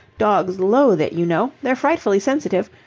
dogs loathe it, you know. they're frightfully sensitive.